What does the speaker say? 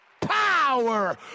power